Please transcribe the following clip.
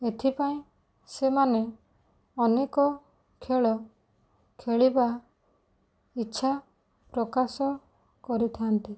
ଏଥିପାଇଁ ସେମାନେ ଅନେକ ଖେଳ ଖେଳିବା ଇଚ୍ଛା ପ୍ରକାଶ କରିଥାନ୍ତି